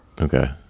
Okay